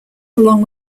along